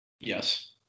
yes